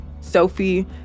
Sophie